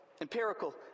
empirical